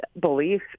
belief